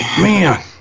man